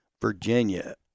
Virginia